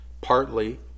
partly